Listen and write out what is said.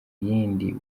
yindi